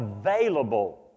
available